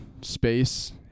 space